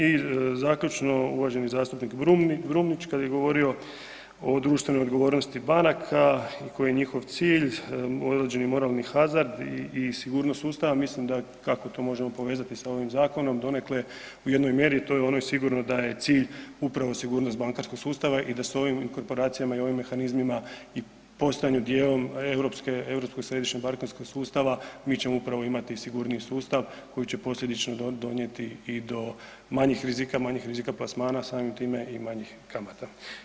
I zaključno, uvaženi zastupnik Brumnić, kad je govorio o društvenoj odgovornosti banaka, koji je njihov cilj, određeni moralni hazard i sigurnost sustava, mislim da je, ako to možemo povezati sa ovim zakonom, donekle u jednoj mjeri, to je ono sigurno, da je cilj upravo sigurnost bankarskog sustava i da s ovim korporacijama i s ovim mehanizmima i postojanju dijelom europskog središnjeg bankarskog sustava mi ćemo upravo imati sigurniji sustav koji će posljedično donijeti i do manjih rizika, manjih rizika plasmana, samim time i manjih kamata.